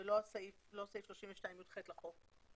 ולא סעיף 32(יח) לחוק.